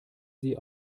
sie